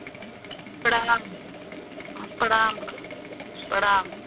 प्रणाम प्रणाम प्रणाम